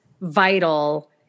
vital